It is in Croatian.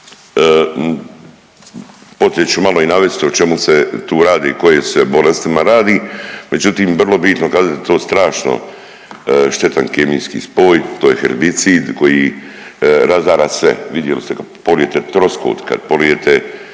ću malo i navesti o čemu se tu radi, o kojim se bolestima radi, međutim, vrlo bitno kazati da je to strašno štetan kemijski spoj, to je herbicid koji razara sve. Vidjeli ste, kad polijete troskot, kad polijete